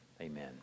Amen